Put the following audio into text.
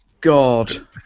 god